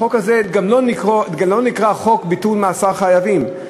החוק הזה גם לא נקרא "חוק ביטול מאסר חייבים".